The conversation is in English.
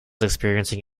experiencing